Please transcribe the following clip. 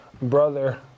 Brother